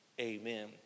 Amen